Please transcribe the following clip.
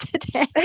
today